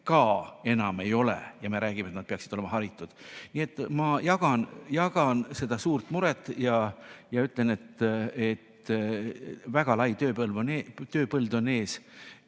ka enam ei ole. Ja me räägime, et nad peaksid olema haritud. Nii et ma jagan seda suurt muret ja ütlen, et väga lai tööpõld on ees,